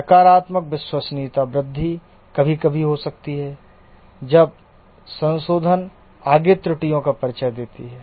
नकारात्मक विश्वसनीयता वृद्धि कभी कभी हो सकती है जब संशोधन आगे त्रुटियों का परिचय देती है